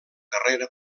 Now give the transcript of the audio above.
carrera